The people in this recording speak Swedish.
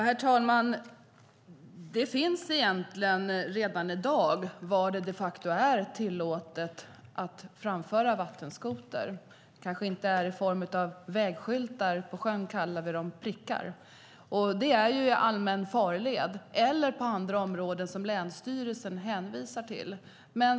Herr talman! Det finns redan i dag reglerat var det är tillåtet att framföra vattenskoter. Det kanske inte är i form av vägskyltar; på sjön kallar vi dem prickar, och de gäller i allmän farled och på andra områden som hänvisas till av länsstyrelsen.